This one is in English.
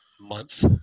month